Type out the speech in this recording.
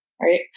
right